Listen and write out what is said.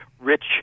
rich